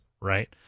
right